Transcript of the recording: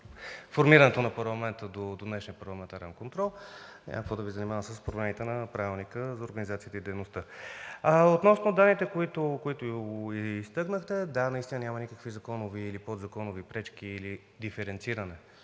формирането на парламента до днешния парламентарен контрол, но няма какво да Ви занимавам с проблемите на Правилника за организацията и дейността. Относно данните, които изтъкнахте, да, наистина няма никакви законови или подзаконови пречки или диференциране